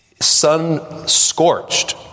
sun-scorched